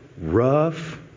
rough